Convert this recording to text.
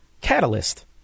catalyst